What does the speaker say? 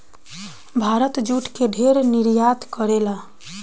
Bharat jute के ढेर निर्यात करेला